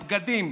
בגדים,